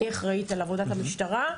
אני אחראית על עבודת המשטרה.